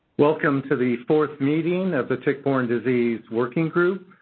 welcome to the fourth meeting of the tick-borne disease working group.